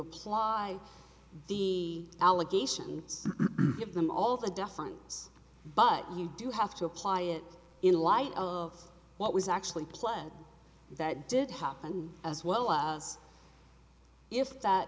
apply the allegations give them all the deference but you do have to apply it in light of what was actually play that did happen as well as if that